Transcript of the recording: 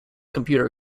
computer